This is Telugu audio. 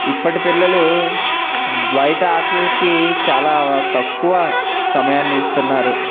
ఇప్పటి పిల్లలు బయట ఆటలకి చాలా తక్కువ సమయాన్ని ఇస్తున్నారు